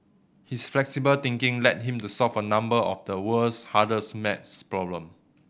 his flexible thinking led him to solve a number of the world's hardest math problem